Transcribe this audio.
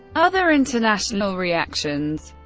other international reactions